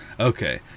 Okay